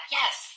yes